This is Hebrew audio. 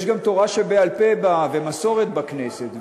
יש גם תורה שבעל-פה ומסורת בכנסת,